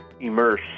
immerse